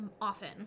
often